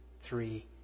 three